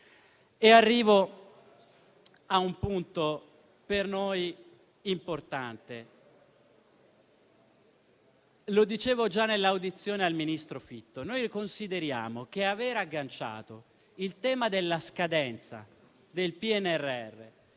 Arrivo così a un punto per noi importante. Come dicevo già nell'audizione del ministro Fitto, noi consideriamo che aver agganciato il tema della scadenza del PNRR